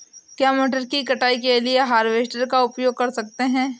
क्या मटर की कटाई के लिए हार्वेस्टर का उपयोग कर सकते हैं?